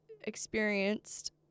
experienced